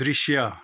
दृश्य